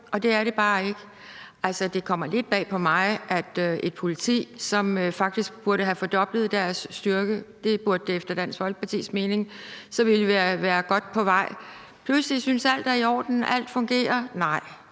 Og det er det bare ikke. Det kommer lidt bag på mig, at et politi, som faktisk burde have fordoblet deres styrke – det burde det efter Dansk Folkepartis mening, for så ville vi være godt på vej – pludselig synes, at alt er i orden, at alt fungerer. Nej,